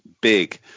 big